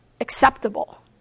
acceptable